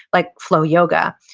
like flow yoga,